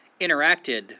interacted